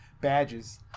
badges